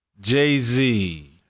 Jay-Z